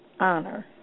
honor